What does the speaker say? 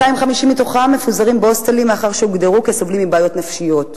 250 מתוכם מפוזרים בהוסטלים מאחר שהוגדרו כסובלים מבעיות נפשיות,